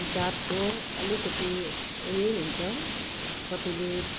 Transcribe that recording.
जातको अलिकति उयै हुन्छ कतिले